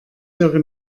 höre